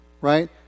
right